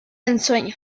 ensueño